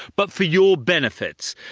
but for your benefit.